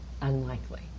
unlikely